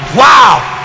wow